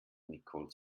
nicole